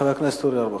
חבר הכנסת אורי אורבך,